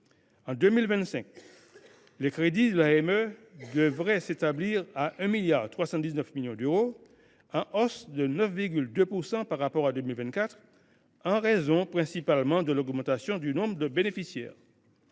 En 2025, les crédits de l’AME devraient s’établir à 1,319 milliard d’euros, en hausse de 9,2 % par rapport à 2024, en raison principalement de l’augmentation du nombre de bénéficiaires.